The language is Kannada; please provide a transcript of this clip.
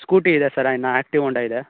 ಸ್ಕೂಟಿ ಇದೆ ಸರ್ ಇನ್ನು ಆ್ಯಕ್ಟಿವ್ ಒಂಡಾ ಇದೆ